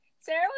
Sarah